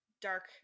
dark